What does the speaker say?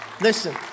Listen